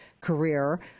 career